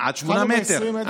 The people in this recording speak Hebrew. עד שמונה מטרים.